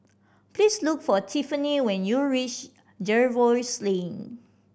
please look for Tiffanie when you reach Jervois Lane